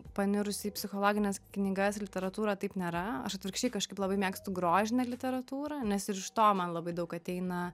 panirusi į psichologines knygas literatūrą taip nėra aš atvirkščiai kažkaip labai mėgstu grožinę literatūrą nes ir iš to man labai daug ateina